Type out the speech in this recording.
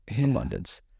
abundance